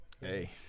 Hey